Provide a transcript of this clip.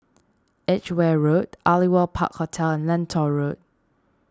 Edgware Road Aliwal Park Hotel and Lentor Road